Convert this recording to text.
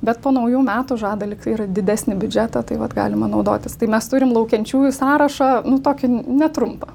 bet po naujų metų žada lyg tai ir didesnį biudžetą tai vat galima naudotis tai mes turim laukiančiųjų sąrašą nu tokį netrumpą